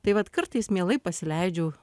tai vat kartais mielai pasileidžiu